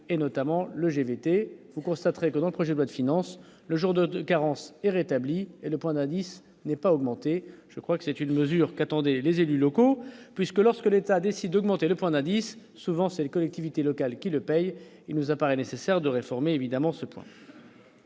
et notamment le gvt, vous constaterez que dans le projet de finance le jour de carence est rétabli et le point d'indice n'ait pas augmenté, je crois que c'est une mesure qu'attendaient les élus locaux, puisque lorsque l'État décide d'augmenter le point d'indice, souvent c'est les collectivités locales qui le paye, il nous apparaît nécessaire de réformer évidemment ce plan